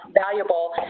valuable